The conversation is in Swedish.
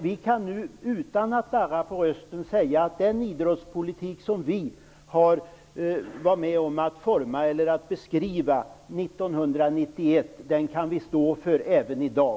Vi kan nu, utan att darra på rösten, säga att den idrottspolitik som vi var med om att beskriva 1991 kan vi stå för även i dag.